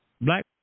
black